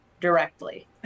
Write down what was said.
directly